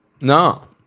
No